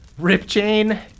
Ripchain